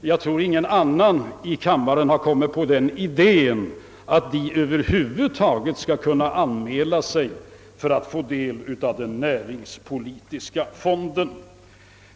Jag tror att ingen annan i kammaren har kommit på den idén att de över huvud taget skall kunna anmäla sig för att få del av den näringspolitiska fonden.